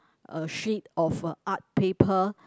a sheet of a art paper